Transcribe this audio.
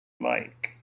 like